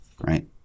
right